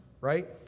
right